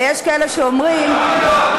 אבל יש כאלה שאומרים, למה לא?